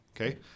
okay